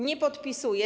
Nie podpisuje.